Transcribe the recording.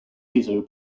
caesar